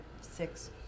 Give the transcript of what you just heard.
six